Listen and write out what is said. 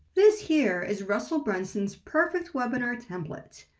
this here is russel brunson's perfect webinar template.